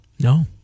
No